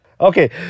Okay